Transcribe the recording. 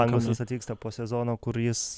pangosas atvyksta po sezono kur jis